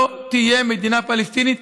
לא תהיה מדינה פלסטינית,